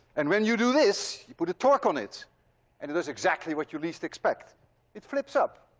and when you do this, you put a torque on it and it does exactly what you least expect it flips up.